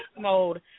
mode